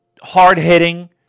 Hard-hitting